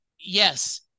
Yes